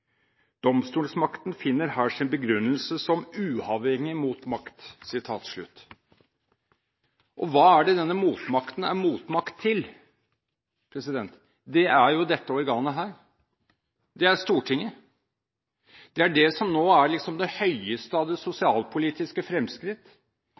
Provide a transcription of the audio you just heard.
Domstolsmakten finner her sin begrunnelse som uavhengig motmakt.» Hva er det denne motmakten er motmakt til? Det er dette organet, det er Stortinget. Det er det som nå liksom er det høyeste av det